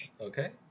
Okay